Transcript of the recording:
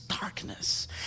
darkness